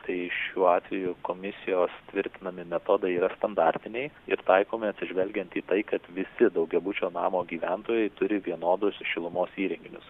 tai šiuo atveju komisijos tvirtinami metodai yra standartiniai ir taikomi atsižvelgiant į tai kad visi daugiabučio namo gyventojai turi vienodus šilumos įrenginius